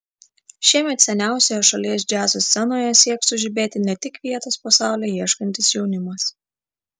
šiemet seniausioje šalies džiazo scenoje sieks sužibėti ne tik vietos po saule ieškantis jaunimas